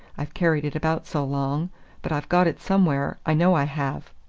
i've carried it about so long but i've got it somewhere, i know i have!